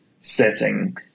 setting